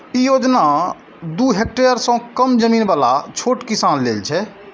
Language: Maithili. ई योजना दू हेक्टेअर सं कम जमीन बला छोट किसान लेल छै